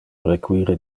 require